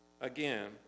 again